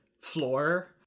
floor